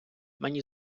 мені